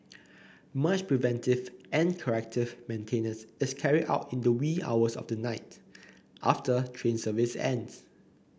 much preventive and corrective maintenance is carried out in the wee hours of the night after train service ends